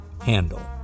handle